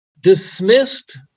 dismissed